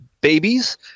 babies